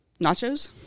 nachos